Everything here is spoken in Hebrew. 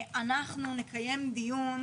אנחנו נקיים דיון